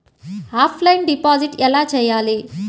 Offline deposit ఎలా చేయాలి?